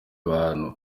abantu